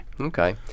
Okay